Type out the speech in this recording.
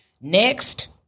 next